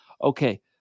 Okay